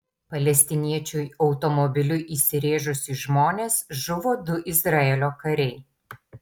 palestiniečiui automobiliu įsirėžus į žmonės žuvo du izraelio kariai